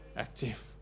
Active